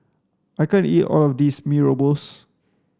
I can't eat all of this mee rebus